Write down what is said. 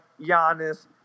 Giannis